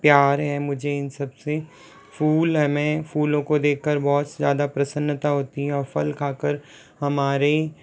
प्यार हैं मुझे इन सब से फूल हमें फूलों को देख कर बहुत ज़्यादा प्रसन्नता होती है और फल खा कर हमारे